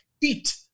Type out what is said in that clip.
beat